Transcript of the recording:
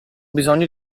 bisogno